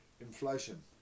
Inflation